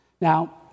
Now